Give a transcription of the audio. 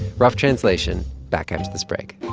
rough translation back after this break